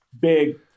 big